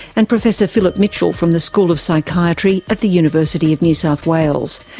and professor philip mitchell from the school of psychiatry at the university of new south wales.